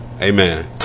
Amen